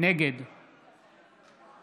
נגד